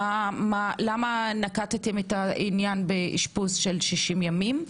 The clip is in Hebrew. למה נקטתם באשפוז של 60 ימים?